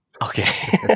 Okay